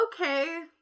okay